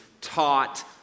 taught